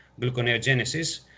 gluconeogenesis